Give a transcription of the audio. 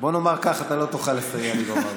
בוא נאמר ככה: אתה לא תוכל לסייע לי במאבק